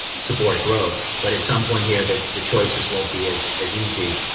support growth, but at some point here, the the choices won't be as as easy.